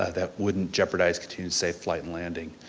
ah that wouldn't jeopardize continued safe flight and landing.